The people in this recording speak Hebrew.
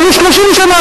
אבל הוא 30 שנה,